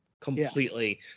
completely